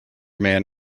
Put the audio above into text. man